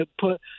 put